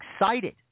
excited